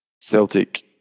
Celtic